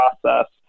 process